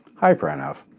hi pranav.